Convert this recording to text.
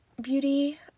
beauty